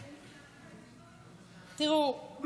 תראו,